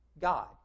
God